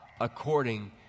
according